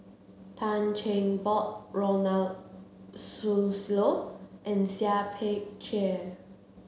Tan Cheng Bock Ronald Susilo and Seah Peck Ceah